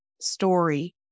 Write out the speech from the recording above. story